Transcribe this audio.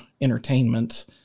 entertainment